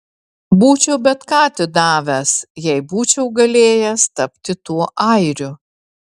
būčiau bet ką atidavęs jei būčiau galėjęs tapti tuo airiu